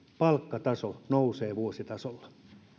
palkkataso nousee vuositasolla